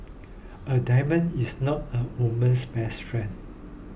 a diamond is not a woman's best friend